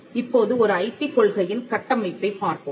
இப்போது ஒரு ஐபி கொள்கையின் கட்டமைப்பைப் பார்ப்போம்